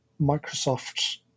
Microsoft